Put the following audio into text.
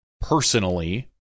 personally